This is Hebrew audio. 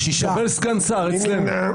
מי נמנע?